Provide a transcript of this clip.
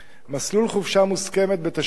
מסלול חופשה מוסכמת בתשלום,